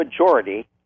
majority